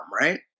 Right